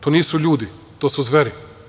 To nisu ljudi, to su zveri.